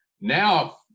Now